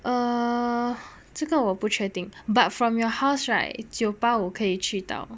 err 这个我不确定 but from your house right 九八五可以去到